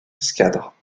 escadre